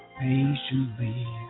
patiently